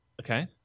Okay